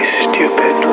stupid